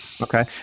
Okay